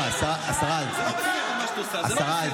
זה מוגזם.